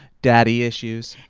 daddy issues.